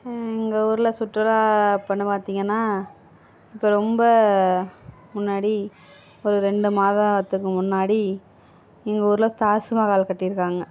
எங்கள் ஊரில் சுற்றுலா அப்படினு பார்த்திங்கன்னா இப்போ ரொம்ப முன்னாடி ஒரு ரெண்டு மாதத்துக்கு முன்னாடி எங்கள் ஊரில் தாஜ்மஹால் கட்டியிருக்காங்க